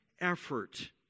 effort